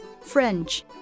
French